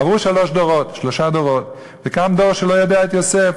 עברו שלושה דורות, וקם דור שלא ידע את יוסף.